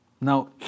Now